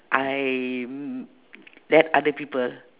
I mm let other people